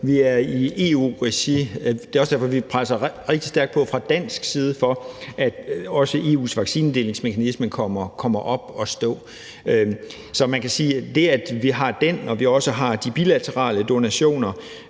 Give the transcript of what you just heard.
jeg bekræfte. Det er også derfor, vi presser rigtig stærkt på fra dansk side for, at også EU's vaccinedelingsmekanisme kommer op og stå. Så man kan sige, at det, at vi har den og vi også har de bilaterale donationer